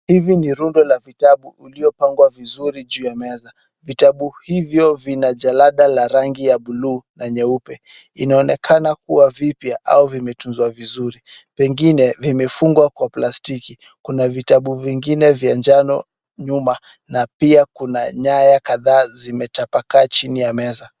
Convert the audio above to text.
Hivi ni rundo la vitabu uliopangwa vizuri juu ya meza. Vitabu hivyo vina jalada la rangi ya buluu na nyeupe. Inaonekana kuwa vipya au vimetunzwa vizuri, pengine vimefungwa kwa plastiki. Kuna vitabu vingine vya njano nyuma na pia kuna nyaya kadhaa zimetapakaa chini ya meza.